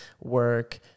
work